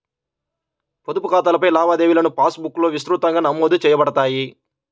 పొదుపు ఖాతాలపై లావాదేవీలుపాస్ బుక్లో విస్తృతంగా నమోదు చేయబడతాయి